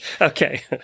Okay